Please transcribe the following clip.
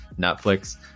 Netflix